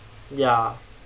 ya